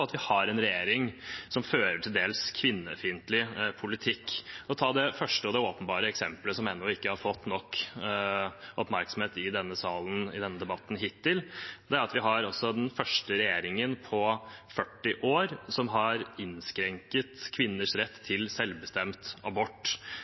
at vi har en regjering som fører til dels kvinnefiendtlig politikk. La meg ta det første og åpenbare eksemplet som hittil ikke har fått nok oppmerksomhet i denne debatten i denne salen. Det er at vi har den første regjeringen på 40 år som har innskrenket kvinners rett